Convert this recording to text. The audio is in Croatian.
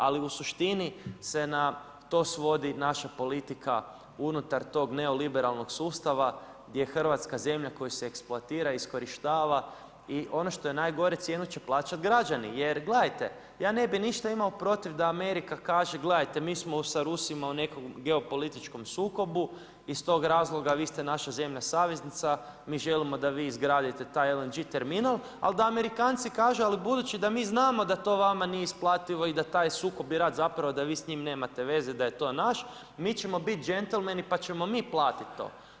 Ali u suštini se na to svodi naša politika unutar tog neoliberalnog sustava, je Hrvatska zemlja, koja se eksploatira, iskorištava i ono što je najgore, cijenu će plaćati građani, jer gledajte, ja ne bi ništa imao protiv, da Amerika kaže, gledajte, mi smo sa Rusima u nekom geo političkom sukobu, iz tog razloga, vi ste naša zemlja saveznica, mi želimo da vi izgradite taj LNG terminal, ali da Amerikanci kažu, ali budući da mi znamo da to vama nije isplativo i da taj sukob i rat, zapravo da vi s njim nemate veze, da je to naš, mi ćemo biti đentlmeni, pa ćemo mi platiti to.